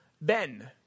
Ben